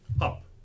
up